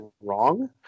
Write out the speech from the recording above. wrong